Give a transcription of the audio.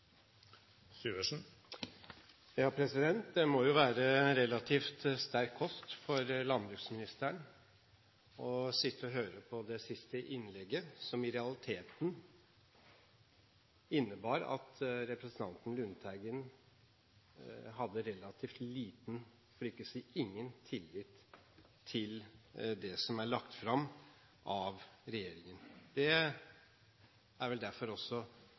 Det må jo være relativt sterk kost for landbruksministeren å sitte og høre på det siste innlegget, som i realiteten innebar at representanten Lundteigen hadde relativt liten, for ikke å si ingen, tillit til det som er lagt fram av regjeringen. Det er vel også derfor